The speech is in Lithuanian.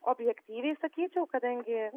objektyviai sakyčiau kadangi